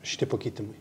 šitie pakeitimai